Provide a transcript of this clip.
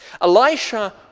Elisha